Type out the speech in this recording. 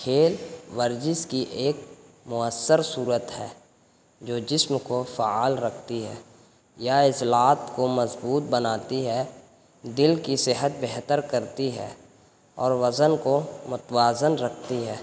کھیل ورزش کی ایک مؤثر صورت ہے جو جسم کو فعل رکھتی ہے یا عضلات کو مضبوط بناتی ہے دل کی صحت بہتر کرتی ہے اور وزن کو متوازن رکھتی ہے